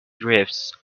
drifts